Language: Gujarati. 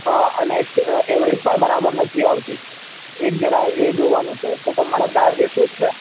હા અને એકસી એવરેજ પણ બરાબર નથી આવતી એક જરાક એ જોવાનું છે તો તમારો ચાર્જીસ શું છે